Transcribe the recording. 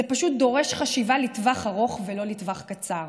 זה פשוט דורש חשיבה לטווח ארוך ולא לטווח קצר.